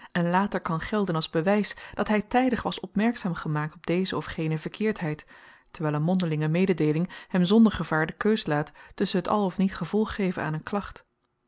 en later kan gelden als bewys dat hy tydig was opmerkzaam gemaakt op deze of gene verkeerdheid terwyl een mondelinge mededeeling hem zonder gevaar de keus laat tusschen t al of niet gevolg geven aan een klacht